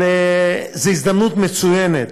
אבל זאת הזדמנות מצוינת.